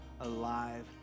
alive